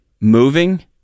Moving